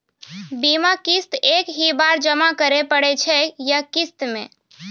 बीमा किस्त एक ही बार जमा करें पड़ै छै या किस्त मे?